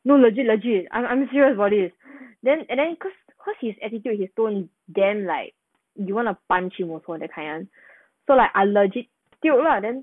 no legit legit I'm I'm serious about it then and then cause cause his attitude his tone damn like you want to punch him also that kind [one] so like I legit tiok lah then